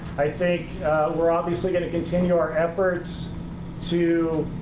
i think we're obviously going to continue our efforts to